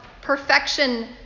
perfection